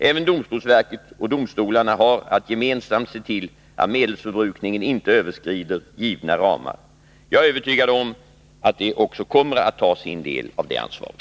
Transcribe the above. Även domstolsverket och domstolarna har att gemensamt se till att medelsförbrukningen inte överskrider givna ramar. Jag är övertygad om att de också kommer att ta sin del av det ansvaret.